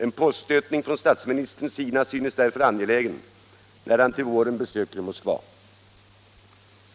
En påstötning från statsministern synes därför angelägen när han till våren besöker Moskva.